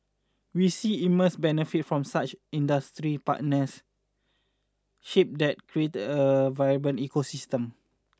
we see immense benefit from such industry partnership that create a vibrant ecosystem